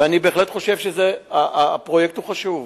ואני בהחלט חושב שהפרויקט הוא חשוב,